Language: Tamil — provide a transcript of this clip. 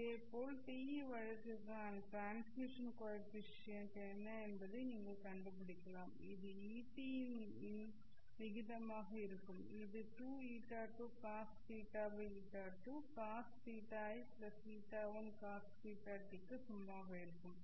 இதேபோல் TE வழக்குக்கான டிரான்ஸ்மிஷன் கோ எஃபிசியன்ட் என்ன என்பதை நீங்கள் கண்டுபிடிக்கலாம் இது Et இன் Ei இன் விகிதமாக இருக்கும் இது 2η2 cos θiη2 cos θiη1 cos θt க்கு சமமாக இருக்கும்